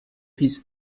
his